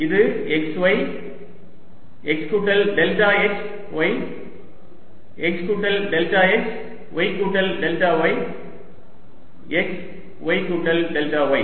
இது x y x கூட்டல் delta x y x கூட்டல் டெல்டா x y கூட்டல் டெல்டா y x y கூட்டல் டெல்டா y